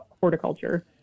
horticulture